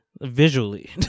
visually